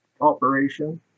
operation